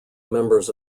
members